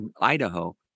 Idaho